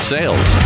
Sales